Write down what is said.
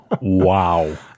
Wow